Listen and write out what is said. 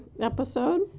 episode